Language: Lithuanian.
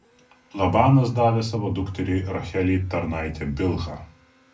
labanas davė savo dukteriai rachelei tarnaitę bilhą